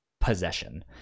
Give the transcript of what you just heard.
possession